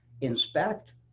inspect